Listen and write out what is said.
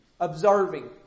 Observing